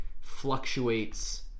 fluctuates